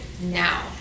now